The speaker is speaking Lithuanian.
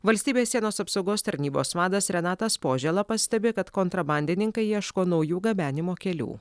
valstybės sienos apsaugos tarnybos vadas renatas požėla pastebi kad kontrabandininkai ieško naujų gabenimo kelių